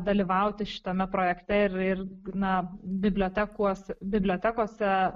dalyvauti šitame projekte ir ir na bibliotekos bibliotekose